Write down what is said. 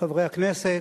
חברי הכנסת,